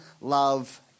love